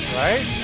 right